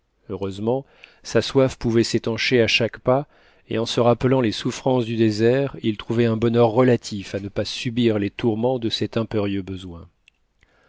heureusement sa soif pouvait s'étancher à chaque pas et en se rappelant les souffrances du désert il trouvait un bonheur relatif à ne pas subir les tourments de cet impérieux besoin